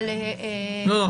אבל --- נכון.